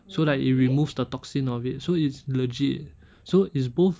so like it removes the toxin of it so it's legit so it's both